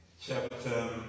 chapter